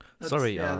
Sorry